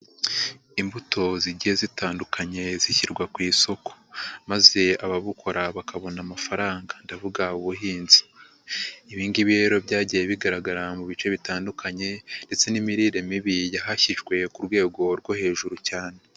Imbuto zigiye zitandukanye zishyirwa ku isoko. Maze ababukora bakabona amafaranga. Ndavuga ubuhinzi. Ibi ngibi rero byagiye bigaragara mu bice bitandukanye ndetse n'imirire mibi yahashyijwe ku rwego rwo hejuru cyane.